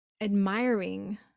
admiring